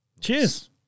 Cheers